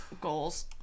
Goals